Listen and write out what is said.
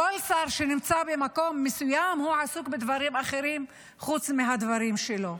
כל שר שנמצא במקום מסוים עסוק בדברים אחרים חוץ מהדברים שלו.